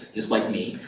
just like me.